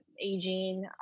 aging